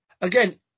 again